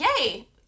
yay